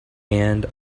and